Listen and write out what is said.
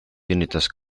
kinnitas